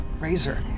Razor